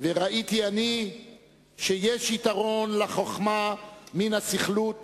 וראיתי אני שיש יתרון לחוכמה מן הסכלות